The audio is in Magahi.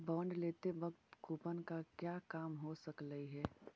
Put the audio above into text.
बॉन्ड लेते वक्त कूपन का क्या काम हो सकलई हे